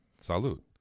Salute